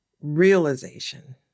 realization